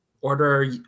order